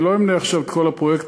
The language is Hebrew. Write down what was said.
אני לא אמנה עכשיו את כל הפרויקטים,